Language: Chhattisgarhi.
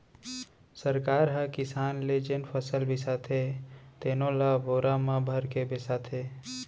सरकार ह किसान ले जेन फसल बिसाथे तेनो ल बोरा म भरके बिसाथे